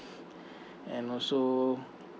and also